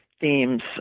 themes